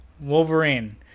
Wolverine